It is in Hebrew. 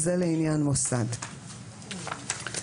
התשנ"א-1991.